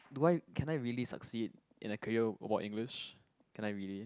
do I can I really succeed in a career about English can I really